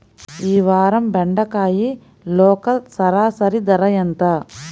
ఈ వారం బెండకాయ లోకల్ సరాసరి ధర ఎంత?